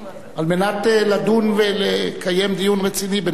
על מנת לדון ולקיים דיון רציני בנושאים.